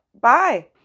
bye